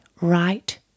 right